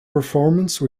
performance